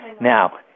Now